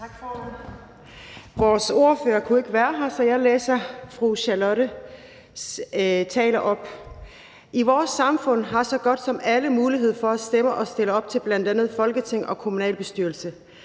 ordfører kunne ikke være her, så jeg læser fru Charlotte Broman Mølbæks tale op: I vores samfund har så godt som alle mulighed for at stemme og stille op til bl.a. Folketing og kommunalbestyrelse,